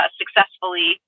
successfully